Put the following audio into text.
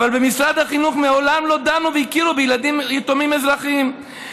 אבל במשרד החינוך מעולם לא דנו והכירו בילדים יתומים אזרחיים.